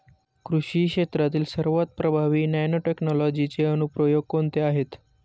कृषी क्षेत्रातील सर्वात प्रभावी नॅनोटेक्नॉलॉजीचे अनुप्रयोग कोणते आहेत?